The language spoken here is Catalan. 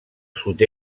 sud